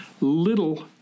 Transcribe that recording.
little